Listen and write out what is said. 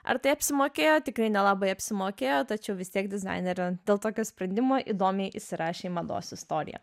ar tai apsimokėjo tikrai nelabai apsimokėjo tačiau vis tiek dizainerė dėl tokio sprendimo įdomiai įsirašė į mados istoriją